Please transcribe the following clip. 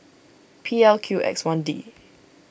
P L Q X one D